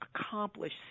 accomplish